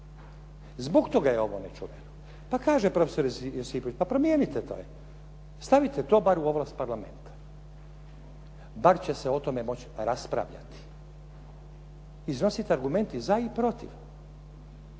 Zbog toga je ovo nečuveno. Pa kaže profesor … /Govornik se ne razumije./ … pa promijenite to. Stavite to bar u ovlast Parlamenta. Bar će se o tome moći raspravljati, iznositi argumenti za i protiv.